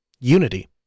Unity